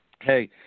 hey